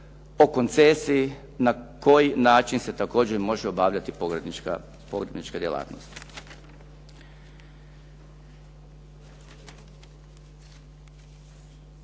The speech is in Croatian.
o koncesiji na koji način će se također može obavljati pogrebnička djelatnost.